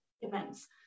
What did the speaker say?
events